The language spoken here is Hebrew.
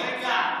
רגע,